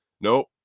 Nope